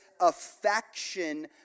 affection